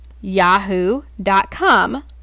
yahoo.com